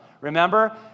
Remember